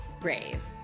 brave